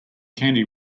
candy